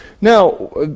Now